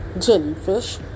jellyfish